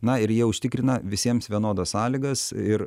na ir jie užtikrina visiems vienodas sąlygas ir